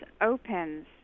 opens